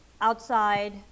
outside